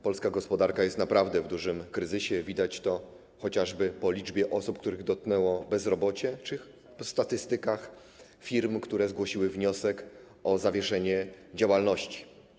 Polska gospodarka jest naprawdę w dużym kryzysie, widać to chociażby po liczbie osób, które dotknęło bezrobocie, czy po statystykach firm, które zgłosiły wniosek o zawieszenie działalności.